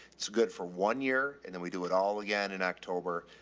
it's good for one year and then we do it all again in october.